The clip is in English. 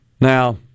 Now